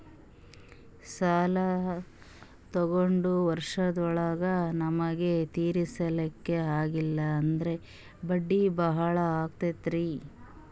ಸಾಲ ತೊಗೊಂಡು ವರ್ಷದೋಳಗ ನಮಗೆ ತೀರಿಸ್ಲಿಕಾ ಆಗಿಲ್ಲಾ ಅಂದ್ರ ಬಡ್ಡಿ ಬಹಳಾ ಆಗತಿರೆನ್ರಿ?